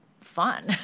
fun